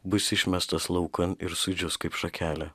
bus išmestas laukan ir sudžius kaip šakelė